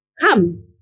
come